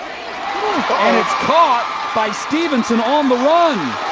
ah it's caught by stephenson on the run.